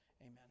amen